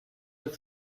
with